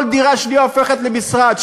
כל דירה שנייה הופכת למשרד.